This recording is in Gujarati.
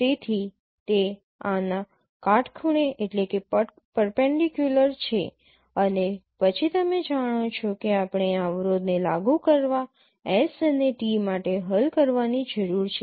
તેથી તે આના કાટખૂણે છે અને પછી તમે જાણો છો કે આપણે આ અવરોધને લાગુ કરવા s અને t માટે હલ કરવાની જરૂર છે